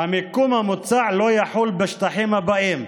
"המיקום המוצע לא יחול בשטחים הבאים".